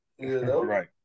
Right